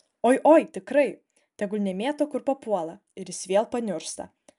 oi oi tikrai tegul nemėto kur papuola ir jis vėl paniursta